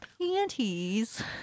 panties